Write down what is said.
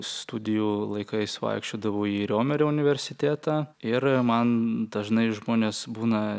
studijų laikais vaikščiodavau į riomerio universitetą ir man dažnai žmonės būna